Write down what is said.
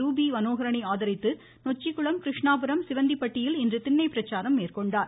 Ruby மனோகரனை ஆதரித்து நொச்சிகுளம் கிருஷ்ணாபுரம் சிவந்திபட்டியில் இன்று திண்ணை பிரச்சாரம் மேற்கொண்டார்